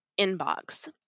inbox